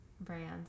brands